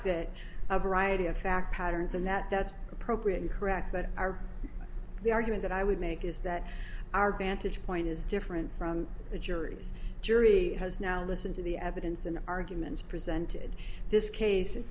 hit a variety of fact patterns and that that's appropriate and correct but our the argument that i would make is that our vantage point is different from the juries jury has now listen to the evidence and arguments presented this case it